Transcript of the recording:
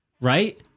right